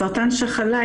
סרטן השחלה,